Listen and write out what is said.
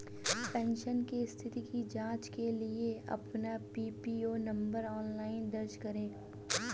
pension की स्थिति की जांच के लिए अपना पीपीओ नंबर ऑनलाइन दर्ज करें